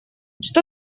что